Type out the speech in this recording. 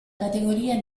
categoria